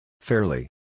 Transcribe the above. Fairly